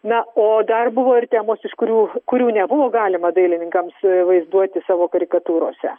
na o dar buvo ir temos iš kurių kurių nebuvo galima dailininkams vaizduoti savo karikatūrose